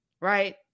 right